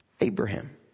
Abraham